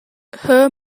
her